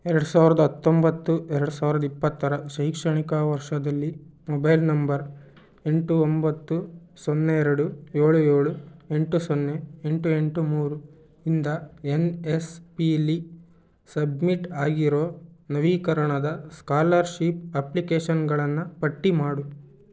ಎರಡು ಸಾವಿರದ ಹತ್ತೊಂಬತ್ತು ಎರಡು ಸಾವಿರದ ಇಪ್ಪತ್ತರ ಶೈಕ್ಷಣಿಕ ವರ್ಷದಲ್ಲಿ ಮೊಬೈಲ್ ನಂಬರ್ ಎಂಟು ಒಂಬತ್ತು ಸೊನ್ನೆ ಎರಡು ಏಳು ಏಳು ಎಂಟು ಸೊನ್ನೆ ಎಂಟು ಎಂಟು ಮೂರು ಇಂದ ಎನ್ ಎಸ್ ಪಿಲಿ ಸಬ್ಮಿಟ್ ಆಗಿರೋ ನವೀಕರಣದ ಸ್ಕಾಲರ್ಶೀಪ್ ಅಪ್ಲಿಕೇಶನ್ಗಳನ್ನು ಪಟ್ಟಿ ಮಾಡು